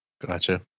Gotcha